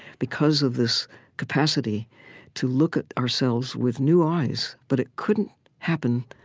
because of this capacity to look at ourselves with new eyes. but it couldn't happen,